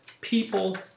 People